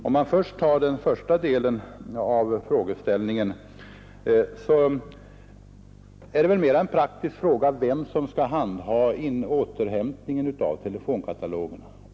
Om jag först tar upp den första delen av frågeställningen anser jag att det mest är en praktisk fråga vem som skall handha återhämtningen av telefonkatalogerna.